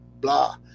blah